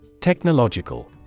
Technological